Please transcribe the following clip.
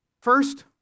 First